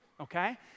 okay